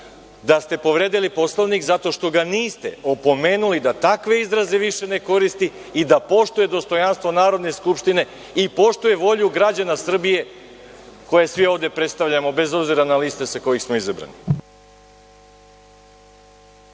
da se povredili Poslovnik zato što ga niste opomenuli da takve izraze više ne koristi i da poštuje dostojanstvo Narodne skupštine i poštuje volju građana Srbije, koje svi ovde predstavljamo, bez obzira na liste sa kojih smo izabrani.